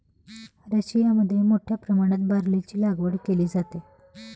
रशियामध्ये मोठ्या प्रमाणात बार्लीची लागवड केली जाते